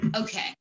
okay